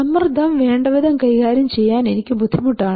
സമ്മർദ്ദം വേണ്ടവിധം കൈകാര്യം ചെയ്യാൻ എനിക്ക് ബുദ്ധിമുട്ടാണ്